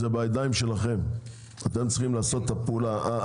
זה בידיים שלכם, אתם צריכים לעשות את הפעולה.